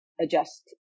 adjust